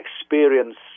experience